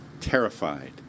terrified